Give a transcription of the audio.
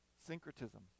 syncretism